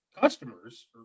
customers